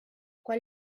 quan